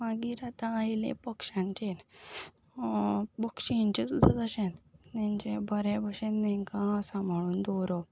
मागीर आतां आयलें पक्षांचेर पक्ष्यांचें सुद्दां तशेंच तेंचें बरे भाशेन तांकां सांबाळून दवरप